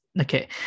Okay